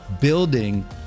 building